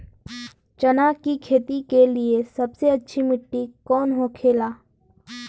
चना की खेती के लिए सबसे अच्छी मिट्टी कौन होखे ला?